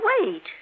wait